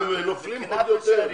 זה נופל על הרווחה.